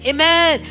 Amen